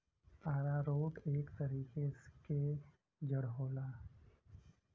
आरारोट एक तरीके क जड़ होला